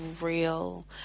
real